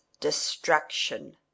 destruction